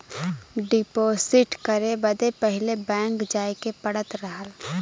deposit करे बदे पहिले बैंक जाए के पड़त रहल